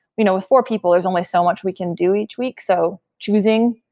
you know with four people, there's only so much we can do each week. so choosing.